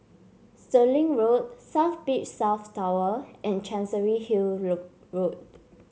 Stirling Road South Beach South Tower and Chancery Hill Road